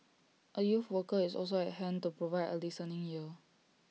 A youth worker is also at hand to provide A listening ear